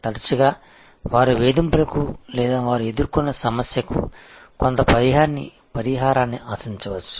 తరచుగా వారు వేధింపులకు లేదా వారు ఎదుర్కొన్న సమస్యకు కొంత పరిహారాన్ని ఆశించవచ్చు